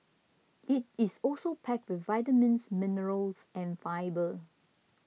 it is also packed with vitamins minerals and fibre